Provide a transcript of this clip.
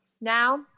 Now